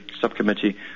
Subcommittee